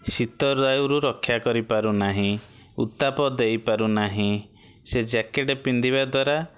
ଶୀତଦାଉରୁ ରକ୍ଷା କରିପାରୁ ନାହିଁ ଉତ୍ତାପ ଦେଇପାରୁ ନାହିଁ ସେ ଜ୍ୟାକେଟ ପିନ୍ଧିବା ଦ୍ୱାରା